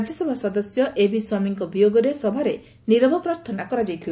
ରାଜ୍ୟସଭା ସଦସ୍ୟ ଏଭି ସ୍ୱାମୀଙ୍କ ବିୟୋଗରେ ସଭାରେ ନୀରବ ପ୍ରାର୍ଥନା କରାଯାଇଥିଲା